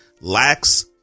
lacks